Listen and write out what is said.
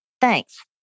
Thanks